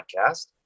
podcast